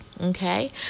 Okay